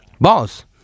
boss